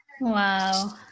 Wow